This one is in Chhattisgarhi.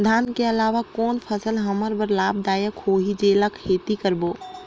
धान के अलावा कौन फसल हमर बर लाभदायक होही जेला खेती करबो?